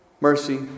mercy